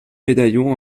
médaillons